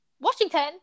Washington